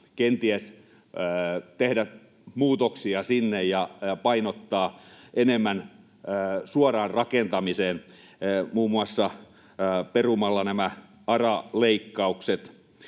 kenties tehdä muutoksia sinne ja painottaa enemmän suoraan rakentamiseen muun muassa perumalla ARA-leikkaukset